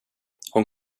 hon